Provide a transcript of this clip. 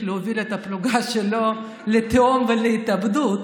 להוביל את הפלוגה שלו לתהום ולהתאבדות.